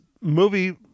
movie